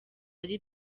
ari